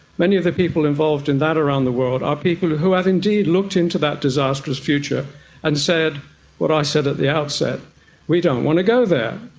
many of the people involved in that around the world are people who have indeed looked into that disastrous future and said what i said at the outset we don't want to go there.